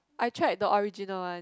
I tried the original one